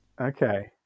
okay